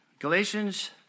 Galatians